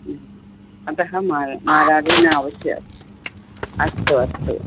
अतः मालाडु न आवश्यकं अस्तु अस्तु